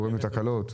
וגורם לתקלות.